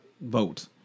vote